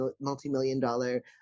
multi-million-dollar